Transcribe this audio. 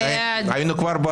מי נגד?